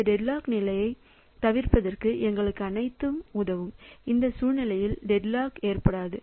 இந்த டெட்லாக் நிலையைத் தவிர்ப்பதற்கு எங்களுக்கு அனைத்தும் உதவும் அந்த சூழ்நிலையிலும் டெட்லாக் ஏற்படாது